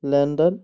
London